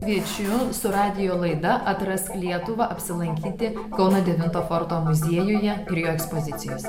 kviečiu su radijo laida atrask lietuvą apsilankyti kauno devinto forto muziejuje ir jo ekspozicijose